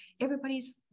everybody's